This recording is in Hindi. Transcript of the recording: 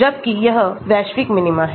जबकि यह वैश्विक मिनीमा है